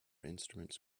instruments